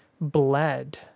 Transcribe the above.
bled